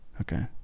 Okay